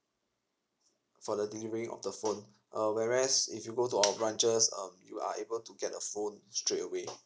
for the delivery of the phone uh whereas if you go to our branches um you are able to get the phone straightaway